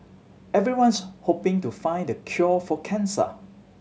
everyone's hoping to find the cure for cancer